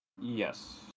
Yes